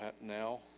now